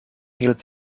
hield